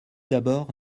d’abord